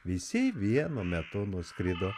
visi vienu metu nuskrido